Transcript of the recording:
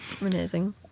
Amazing